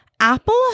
Apple